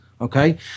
Okay